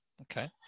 okay